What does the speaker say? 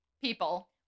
People